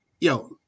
Yo